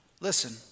Listen